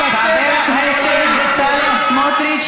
שנובעת מכל כך הרבה כבוד והערכה לנשים ולתרומתן האדירה,